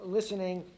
listening